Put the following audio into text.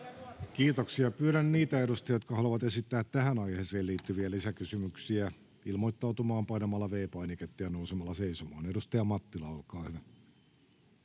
Kiitoksia. — Pyydän niitä edustajia, jotka haluavat esittää tähän aiheeseen liittyviä lisäkysymyksiä, ilmoittautumaan painamalla V-painiketta ja nousemalla seisomaan. — Edustaja Mattila, olkaa hyvä.